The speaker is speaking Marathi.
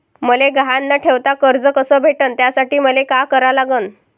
मले गहान न ठेवता कर्ज कस भेटन त्यासाठी मले का करा लागन?